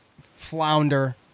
flounder